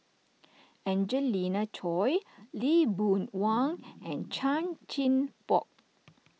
Angelina Choy Lee Boon Wang and Chan Chin Bock